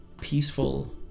peaceful